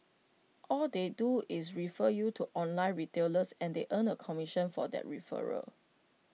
all they do is refer you to online retailers and they earn A commission for that referral